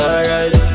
Alright